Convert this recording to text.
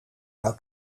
zou